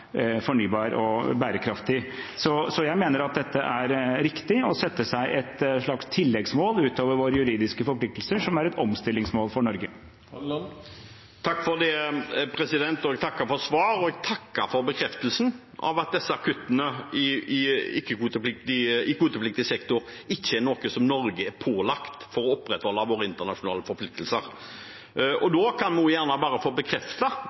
fornybar og bærekraftig. Jeg mener at dette er riktig – å sette seg et slags tilleggsmål utover våre juridiske forpliktelser, som et omstillingsmål for Norge. Jeg takker for svaret, og jeg takker for bekreftelsen om at disse kuttene i kvotepliktig sektor ikke er noe som Norge er pålagt for å opprettholde våre internasjonale forpliktelser. Da kan vi gjerne også bare få